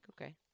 okay